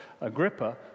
Agrippa